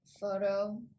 photo